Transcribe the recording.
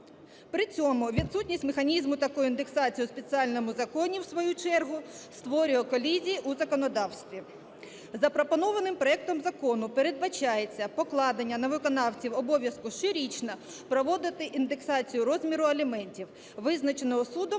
При цьому відсутність механізму такої індексації у спеціальному законі у свою чергу створює колізію у законодавстві. Запропонованим проектом закону передбачається покладення на виконавців обов'язку щорічно проводити індексацію розміру аліментів, визначеного судом